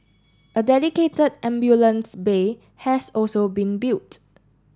a dedicated ambulance bay has also been built